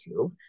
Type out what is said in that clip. YouTube